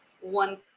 one